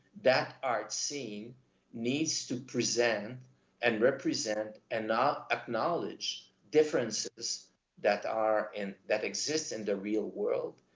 that art scene needs to present and represent and not acknowledge differences that are, and that exist in the real world,